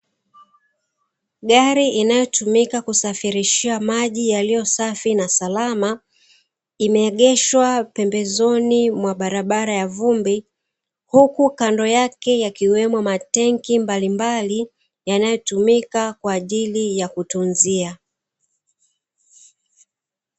Gari inayotumika kusafirishia maji yaliyo safi na salama imeegeshwa pembezoni mwa barabara ya vumbi huku kando yake yakiwepo matenki mbalimbali yanayotumika kwa ajili ya kutunzia.